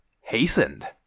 Hastened